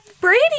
Brady